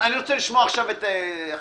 אני רוצה לשמוע עכשיו את חברי.